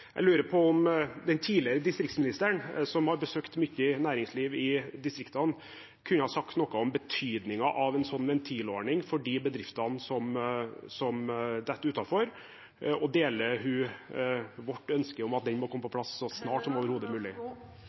Jeg lurer på om den tidligere distriktsministeren, som har besøkt mye næringsliv i distriktene, kunne ha sagt noe om betydningen av en sånn ventilordning for de bedriftene som detter utenfor? Deler hun vårt ønske om at den må komme på plass så snart som overhodet mulig?